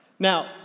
Now